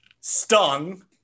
Stung